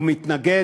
והוא מתנגד,